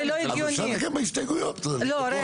אבל אפשר גם בהסתייגויות לעשות את זה.